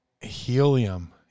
Helium